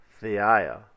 theia